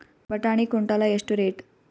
ಬಟಾಣಿ ಕುಂಟಲ ಎಷ್ಟು ರೇಟ್?